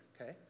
Okay